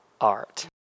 art